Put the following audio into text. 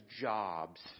jobs